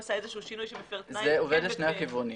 זה עובד לשני הכיוונים.